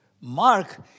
Mark